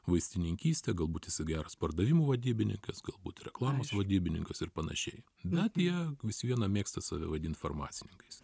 vaistininkystė galbūt jisai geras pardavimų vadybininkas galbūt reklamos vadybininkas ir panašiai bet jie vis viena mėgsta save vadint farmacininkais